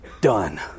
Done